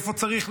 איפה צריך,